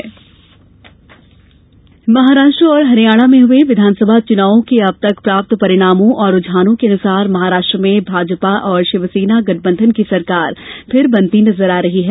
विस चुनाव महाराष्ट्र और हरियाणा में हुए विधानसभा चूनावों के अब तक प्राप्त परिणामों और रुझानों के अनुसार महाराष्ट्र में भाजपा और शिवसेना गठबंधन की सरकार फिर बनती नजर आ रही है